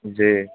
جی